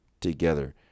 together